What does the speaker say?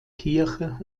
kirche